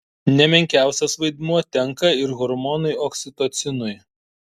ne menkiausias vaidmuo tenka ir hormonui oksitocinui